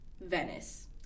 Venice